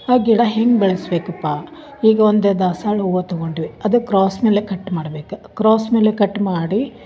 ಆ ಗಿಡ ಹೆಂಗೆ ಬೆಳೆಸಬೇಕಪ್ಪಾ ಈಗ ಒಂದು ದಾಸವಾಳ ಹೂವ ತಗೊಂಡ್ವಿ ಅದು ಕ್ರಾಸ್ ಮೇಲೆ ಕಟ್ ಮಾಡಬೇಕು ಕ್ರಾಸ್ ಮೇಲೆ ಕಟ್ ಮಾಡಿ